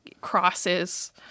crosses